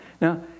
Now